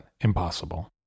impossible